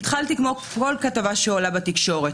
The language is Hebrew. התחלתי כמו כל כתבה שעולה בתקשורת,